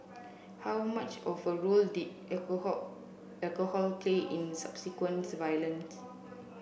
how much of a role did alcohol alcohol play in the subsequent violent